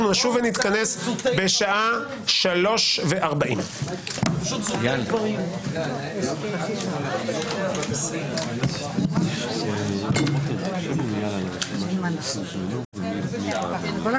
אנחנו נשוב ונתכנס בשעה 15:40. (הישיבה נפסקה בשעה 15:10 ונתחדשה בשעה